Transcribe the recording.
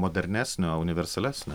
modernesnio universalesnio